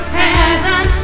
heaven